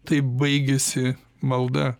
taip baigiasi malda